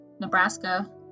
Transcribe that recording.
Nebraska